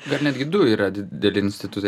bet netgi du yra dideli institutai